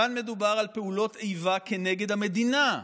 כאן מדובר על פעולות איבה כנגד המדינה,